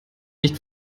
nicht